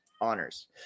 honors